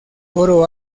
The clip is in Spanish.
coro